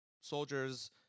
soldiers